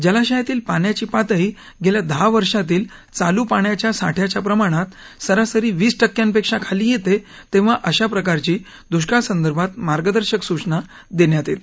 जलाशयातील पाण्याची पातळी गेल्या दहा वर्षातील चालू पाण्याच्या साठ्याच्या प्रमाणात सरासरी वीस टक्क्यापेक्षा खाली येते तेव्हा अशा प्रकारची दुष्काळ संदर्भात मार्गदर्शक सूचना देण्यात येते